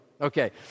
Okay